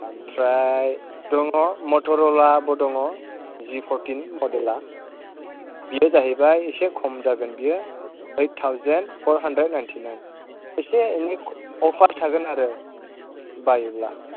ओमफ्राय दङ मटर'लाबो दङ जि फर्टिन मडेला बेयो जाहैबाय एसे खम जागोन बेयो eight thousand four hundred ninety nine एसे एनै अफार थागोन आरो बायोब्ला